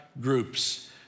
groups